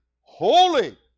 holy